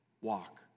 walk